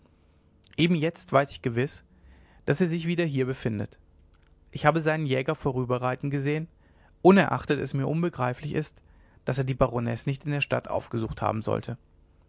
eben jetzt weiß ich gewiß daß er sich wieder hier befindet ich habe seinen jäger vorüberreiten gesehn unerachtet es mir unbegreiflich ist daß er die baronesse nicht in der stadt aufgesucht haben sollte